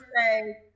say